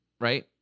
right